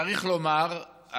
צריך לומר,